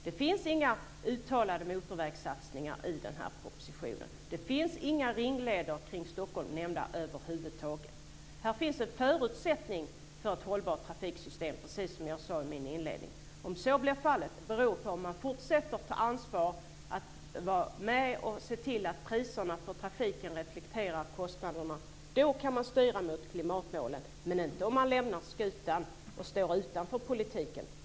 Det finns inga uttalade motorvägssatsningar i propositionen. Det finns över huvud taget inte nämnt några ringleder kring Stockholm. Här finns en förutsättning för ett hållbart trafiksystem, precis som jag sade i min inledning. Om det blir verklighet beror på om man fortsätter att ta ansvar och är med att se till att priserna på trafiken reflekterar kostnaderna. Då kan man styra mot klimatmålen. Det kan inte göra om man lämnar skutan och står utanför politiken.